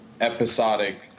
episodic